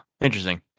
interesting